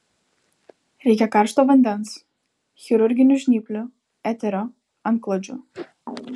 reikia karšto vandens chirurginių žnyplių eterio antklodžių